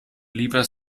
lieber